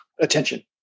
attention